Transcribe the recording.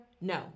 no